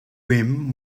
rim